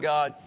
God